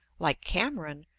like cameron,